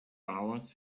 hours